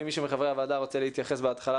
אם מישהו מחברי הוועדה רוצה להתייחס בהתחלה,